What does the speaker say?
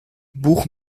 buch